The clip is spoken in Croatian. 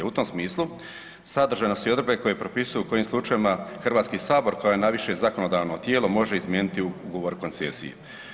U tom smislu, sadržane su i odredbe koje propisuju u kojim slučajevima HS kao najviše zakonodavno tijelo može izmijeniti ugovor o koncesiji.